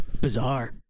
bizarre